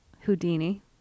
Houdini